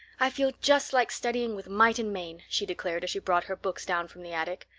i feel just like studying with might and main, she declared as she brought her books down from the attic.